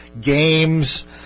games